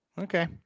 Okay